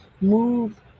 move